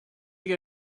you